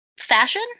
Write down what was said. fashion